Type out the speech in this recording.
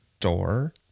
Door